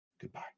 Goodbye